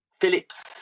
Phillips